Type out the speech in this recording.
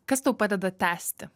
kas padeda tęsti